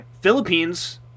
Philippines